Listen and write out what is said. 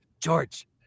George